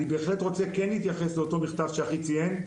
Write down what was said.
אני בהחלט רוצה להתייחס לאותו מכתב שאחי ציין,